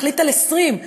נחליט על 20%,